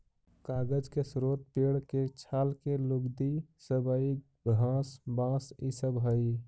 कागज के स्रोत पेड़ के छाल के लुगदी, सबई घास, बाँस इ सब हई